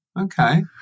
okay